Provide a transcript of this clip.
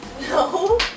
No